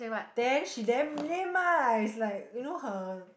then she damn lame lah is like you know her